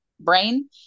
brain